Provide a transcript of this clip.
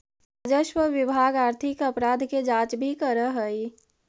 राजस्व विभाग आर्थिक अपराध के जांच भी करऽ हई